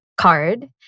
card